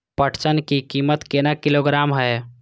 पटसन की कीमत केना किलोग्राम हय?